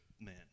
man